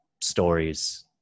stories